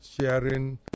sharing